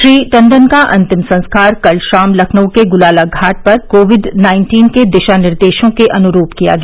श्री टंडन का अंतिम संस्कार कल शाम लखनऊ के गुलाला घाट पर कोविड नाइन्टीन के दिशानिर्देशों के अनुरूप किया गया